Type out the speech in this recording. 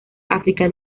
áfrica